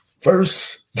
first